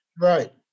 Right